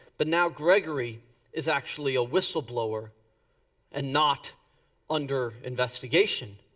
but now grigory is actually a whistleblower and not under investigation.